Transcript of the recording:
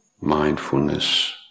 mindfulness